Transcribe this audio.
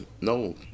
no